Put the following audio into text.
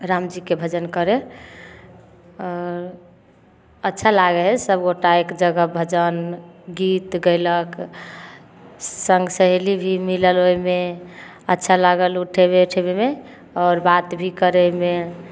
रामजीके भजन करै आओर अच्छा लागै हइ सभगोटा एक जगह भजन गीत गएलक सङ्ग सहेली भी मिलल ओहिमे अच्छा लागल उठै बैठैमे आओर बात भी करैमे